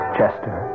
Chester